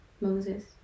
Moses